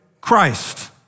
Christ